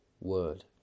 word